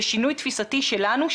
בשינוי תפיסתי שלנו,